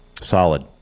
Solid